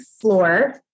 floor